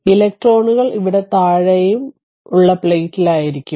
ഇലക്ട്രോണുകൾ ഇവിടെ താഴെയുള്ള പ്ലേറ്റിലായിരിക്കും